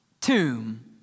tomb